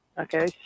Okay